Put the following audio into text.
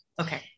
Okay